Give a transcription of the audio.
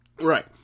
Right